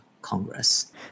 Congress